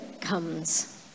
comes